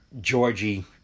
Georgie